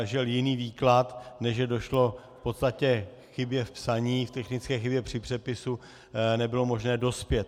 Žel, jiný výklad, než že došlo v podstatě k chybě v psaní, k technické chybě při přepisu, nebylo možné dospět.